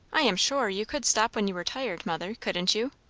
i am sure, you could stop when you were tired, mother couldn't you?